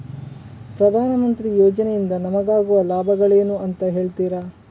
ಪ್ರಧಾನಮಂತ್ರಿ ಯೋಜನೆ ಇಂದ ನಮಗಾಗುವ ಲಾಭಗಳೇನು ಅಂತ ಹೇಳ್ತೀರಾ?